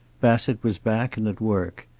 bassett was back and at work.